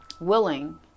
willing